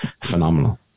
phenomenal